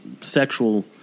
sexual